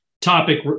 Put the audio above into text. topic